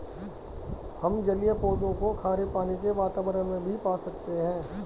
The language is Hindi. हम जलीय पौधों को खारे पानी के वातावरण में भी पा सकते हैं